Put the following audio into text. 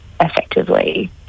effectively